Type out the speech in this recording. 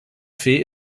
fee